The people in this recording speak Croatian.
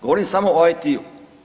Govorim samo o IT-u.